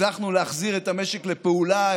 הצלחנו להחזיר את המשק לפעולה.